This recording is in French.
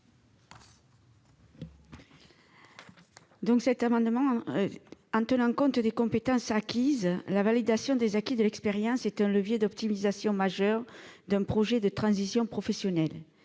n° 259 rectifié . En tenant compte des compétences acquises, la validation des acquis de l'expérience est un levier d'optimisation majeur d'un projet de transition professionnelle.